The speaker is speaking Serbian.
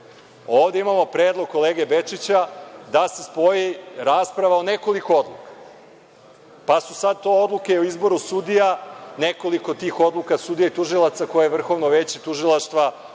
Ovde imamo predlog kolege Bečića da se spoji rasprava o nekoliko odluka, pa su sad to odluke o izboru sudija, nekoliko tih odluka sudija i tužilaca koje je Vrhovno veće tužilaca u